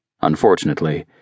Unfortunately